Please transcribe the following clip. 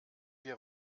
wir